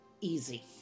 easy